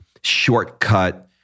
shortcut